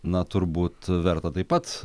na turbūt verta taip pat